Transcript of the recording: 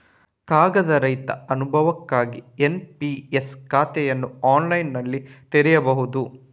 ಕಾಗದ ರಹಿತ ಅನುಭವಕ್ಕಾಗಿ ಎನ್.ಪಿ.ಎಸ್ ಖಾತೆಯನ್ನು ಆನ್ಲೈನಿನಲ್ಲಿ ತೆರೆಯಬಹುದು